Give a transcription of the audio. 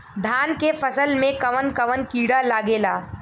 धान के फसल मे कवन कवन कीड़ा लागेला?